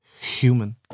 Human